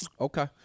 Okay